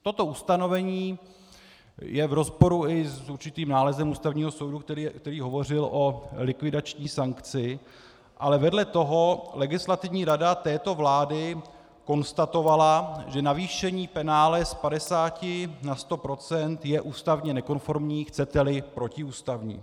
Toto ustanovení je v rozporu i s určitým nálezem Ústavního soudu, který hovořil o likvidační sankci, ale vedle toho Legislativní rada této vlády konstatovala, že navýšení penále z 50 na 100 % je ústavně nekonformní, chceteli protiústavní.